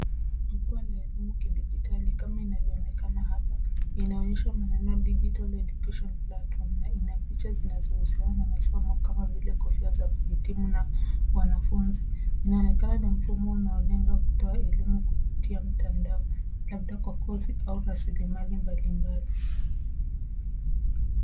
Jukwaa la elimu kidijitali kama inavyoonekana hapa, inaonyesha maneno digital education platform na ina picha zinazohusiana na masomo kama vile kofia za kuhitimu na mwanafunzi. Inaonekana ni mfumo unaolenga kutoa elimu kupitia mtandao, labda kwa kozi au rasilimali mbalimbali.